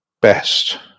best